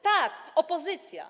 Tak, opozycja.